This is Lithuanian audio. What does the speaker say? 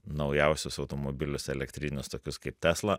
naujausius automobilius elektrinius tokius kaip tesla